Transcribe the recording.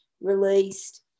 released